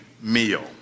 meal